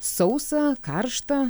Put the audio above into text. sausa karšta